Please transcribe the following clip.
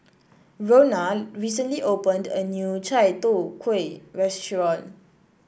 Ronna recently opened a new Chai Tow Kuay restaurant